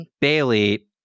bailey